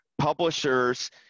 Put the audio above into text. publishers